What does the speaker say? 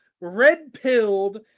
red-pilled